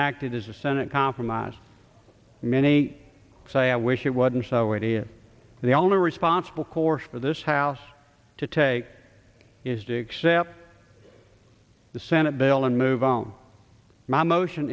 enacted is the senate compromise many say i wish it wasn't so it is the only responsible course for this house to take is do except the senate bill and move on my motion